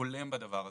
הולם בדבר הזה.